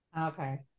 Okay